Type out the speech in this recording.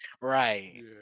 Right